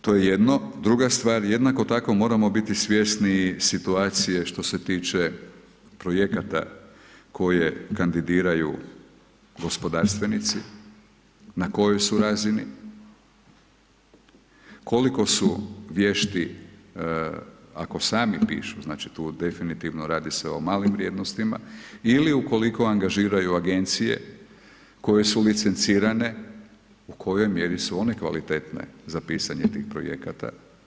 To je jedno, druga stvar, jednako tako moramo biti svjesniji situacije što se tiče projekata, koje kandidiraju gospodarstvenici, na kojoj su razini, koliko su vješti ako sami pišu, znači tu definitivno radi se o malim vrijednostima ili ukoliko angažiraju agencije, koje su licencirane, u kojoj mjeri su one kvalitetne za pisanje tih projekata.